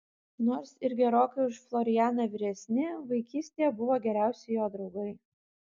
nors ir gerokai už florianą vyresni vaikystėje buvo geriausi jo draugai